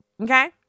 Okay